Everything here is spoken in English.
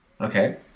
Okay